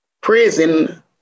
prison